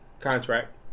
contract